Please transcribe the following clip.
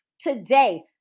today